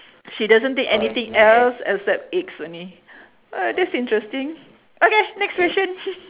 she doesn't take anything else except eggs only oh that's interesting okay next question